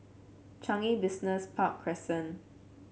Changi Business Park Crescent